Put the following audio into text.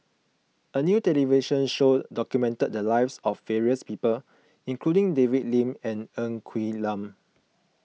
a new television show documented the lives of various people including David Lim and Ng Quee Lam